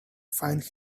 find